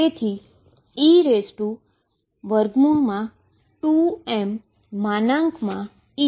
તેથી e2mE2x e 2mE2xબનશે